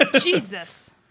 Jesus